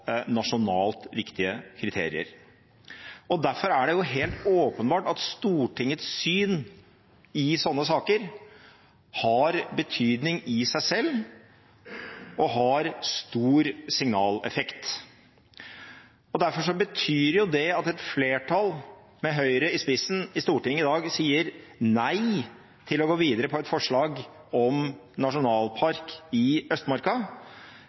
nasjonalt viktige kriterier. Derfor er det helt åpenbart at Stortingets syn i slike saker har betydning i seg selv, og har stor signaleffekt. Derfor vil det at et flertall med Høyre i spissen i Stortinget i dag sier nei til å gå videre med et forslag om nasjonalpark i Østmarka,